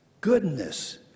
goodness